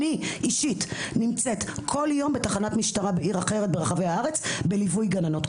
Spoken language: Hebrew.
אני אישית נמצאת כל יום בתחנת משטרה בעיר אחרת ברחבי הארץ בליווי גננות,